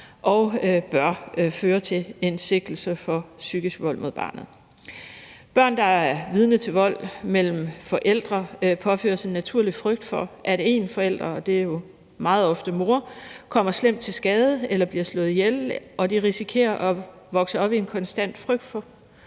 og bør føre til en sigtelse for psykisk vold mod barnet. Børn, der er vidne til vold mellem forældre, påføres en naturlig frygt for, at en forælder, og det er jo meget ofte mor, kommer slemt til skade eller bliver slået ihjel, og de risikerer at vokse op i en konstant frygt og